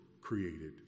created